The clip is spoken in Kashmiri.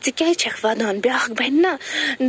ژٕ کیٛازِ چھیٚکھ وَدان بیٛاکھ بَنہِ نا